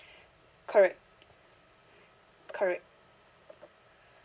correct correct